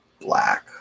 black